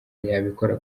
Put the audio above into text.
yabikora